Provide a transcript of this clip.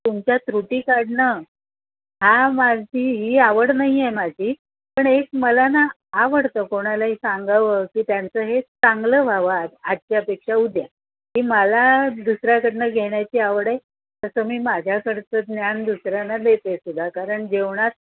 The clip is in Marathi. तुमच्या त्रुटी काढणं हा माझी ही आवड नाही आहे माझी पण एक मला ना आवडतं कोणालाही सांगावं की त्यांचं हे चांगलं व्हावं आजच्यापेक्षा उद्या ही मला दुसऱ्याकडनं घेण्याची आवड आहे तसं मी माझ्याकडचं ज्ञान दुसऱ्यांना देतेसुद्धा कारण जेवणात